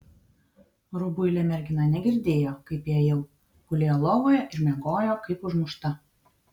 rubuilė mergina negirdėjo kaip įėjau gulėjo lovoje ir miegojo kaip užmušta